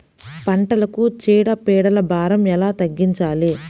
పంటలకు చీడ పీడల భారం ఎలా తగ్గించాలి?